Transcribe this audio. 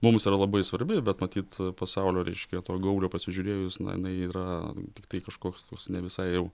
mums yra labai svarbi bet matyt pasaulio reiškia to gaublio pasižiūrėjus na jinai yra tiktai kažkoks toks ne visai jau